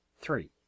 Three